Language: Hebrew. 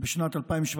בשנת 2017,